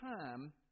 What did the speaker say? time